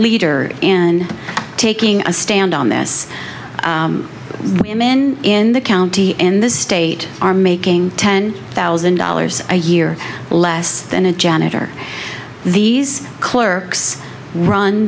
leader and taking a stand on this women in the county in this state are making ten thousand dollars a year less than a janitor these clerks run